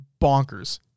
bonkers